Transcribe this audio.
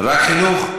רק חינוך?